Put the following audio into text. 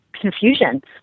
confusion